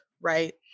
Right